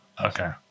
okay